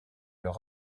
leur